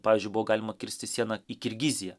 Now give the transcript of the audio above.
pavyzdžiui buvo galima kirsti sieną į kirgiziją